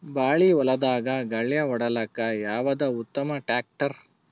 ಬಾಳಿ ಹೊಲದಾಗ ಗಳ್ಯಾ ಹೊಡಿಲಾಕ್ಕ ಯಾವದ ಉತ್ತಮ ಟ್ಯಾಕ್ಟರ್?